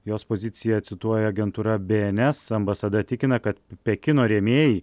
jos poziciją cituoja agentūra bns ambasada tikina kad pekino rėmėjai